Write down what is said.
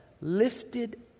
Lifted